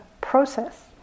process